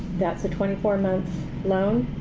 that's a twenty four month loan.